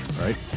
right